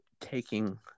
taking